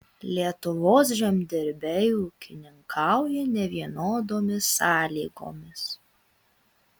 lietuvos žemdirbiai ūkininkauja nevienodomis sąlygomis